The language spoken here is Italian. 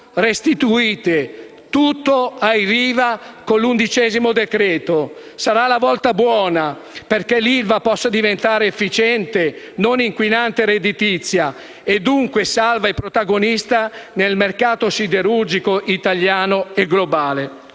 restituite tutto ai Riva con l'undicesimo decreto-legge. Sarà la volta buona perché l'ILVA possa diventare efficiente, non inquinante e redditizia e, dunque, salva e protagonista nel mercato siderurgico italiano e globale.